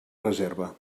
reserva